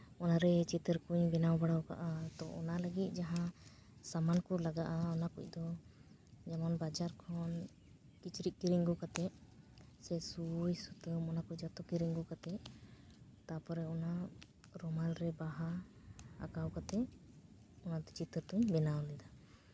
ᱚᱱᱟᱨᱮ ᱪᱤᱛᱟᱹᱨ ᱠᱚᱹᱧ ᱵᱮᱱᱟᱣ ᱵᱟᱲᱟ ᱠᱟᱜᱼᱟ ᱛᱚ ᱚᱱᱟ ᱞᱟᱹᱜᱤᱫ ᱡᱟᱦᱟᱸ ᱥᱟᱢᱟᱱ ᱠᱚᱡ ᱞᱟᱜᱟᱜᱼᱟ ᱚᱱᱟ ᱠᱚᱡ ᱫᱚ ᱡᱮᱢᱚᱱ ᱵᱟᱡᱟᱨ ᱠᱷᱚᱱ ᱠᱤᱪᱨᱤᱡ ᱠᱤᱨᱤᱧ ᱟᱹᱜᱩ ᱠᱟᱛᱮ ᱥᱮ ᱥᱩᱭ ᱥᱩᱛᱟᱹᱢ ᱚᱱᱟ ᱠᱚ ᱡᱚᱛᱚ ᱠᱤᱨᱤᱧ ᱟᱹᱜᱩ ᱠᱟᱛᱮ ᱛᱟᱨᱯᱚᱨ ᱚᱱᱟ ᱨᱩᱢᱟᱞ ᱨᱮ ᱵᱟᱦᱟ ᱟᱸᱠᱟᱣ ᱠᱟᱛᱮ ᱚᱱᱟ ᱪᱤᱛᱟᱹᱨ ᱫᱚᱹᱧ ᱵᱮᱱᱟᱣ ᱞᱮᱫᱟ